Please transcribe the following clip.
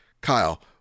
kyle